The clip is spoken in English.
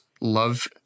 Love